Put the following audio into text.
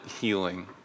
healing